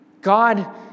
God